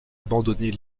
abandonner